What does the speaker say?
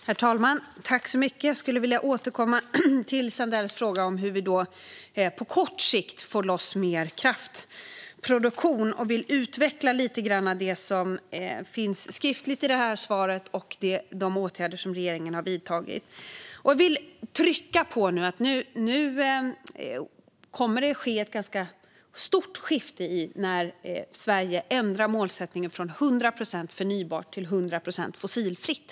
Herr talman! Jag skulle vilja återkomma till Sandells fråga om hur vi på kort sikt ska få loss mer kraftproduktion. Jag vill utveckla mitt svar lite och de åtgärder som regeringen har vidtagit. Jag vill trycka på att det kommer att ske ett stort skifte när Sverige nu ändrar målsättningen från 100 procent förnybart till 100 procent fossilfritt.